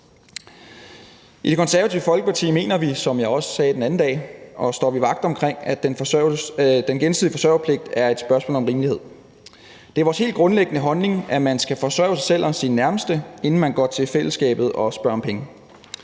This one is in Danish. I Det Konservative Folkeparti står vi, som jeg også sagde den anden dag, vagt om, at den gensidige forsørgerpligt er et spørgsmål om rimelighed. Det er vores helt grundlæggende holdning, at man skal forsørge sig selv og sine nærmeste, inden man går til fællesskabet og spørger om penge.